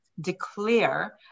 declare